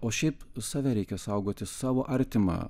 o šiaip save reikia saugoti savo artimą